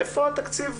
איפה התקציב